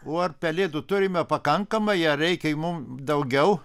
o ar pelėdų turime pakankamai ar reikiai mum daugiau